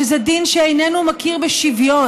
שזה דין שאיננו מכיר בשוויון.